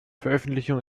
veröffentlichung